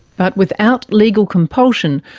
but without legal compulsion,